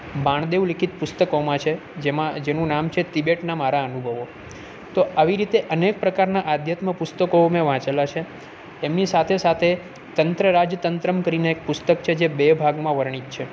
બાણ દેવ લિખિત પુસ્તકોમાં છે જેમાં જેનું નામ છે તિબેટના મારા અનુભવો તો આવી રીતે અનેક પ્રકારના આધ્યાત્મ પુસ્તકો મેં વાંચેલા છે એમની સાથે સાથે તંત્ર રાજ તંત્રમ કરીને એક પુસ્તક છે જે બે ભાગમાં વર્ણીત છે